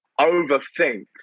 overthink